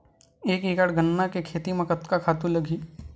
एक एकड़ गन्ना के खेती म कतका खातु लगही?